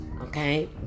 Okay